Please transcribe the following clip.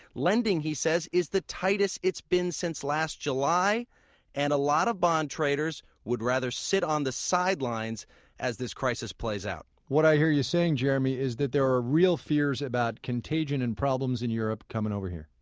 lending, he says, is the tightest it's been since last july and a lot of bond traders would rather sit on the sidelines as this crisis plays out. what i hear you saying, jeremy, is that there are real fears about contagion and problems in europe coming over here.